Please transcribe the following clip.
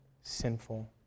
sinful